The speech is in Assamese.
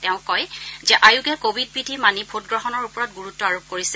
তেওঁ কয় যে আয়োগে কভিড বিধি মানি ভোটগ্ৰহণৰ ওপৰত গুৰুত় আৰোপ কৰিছে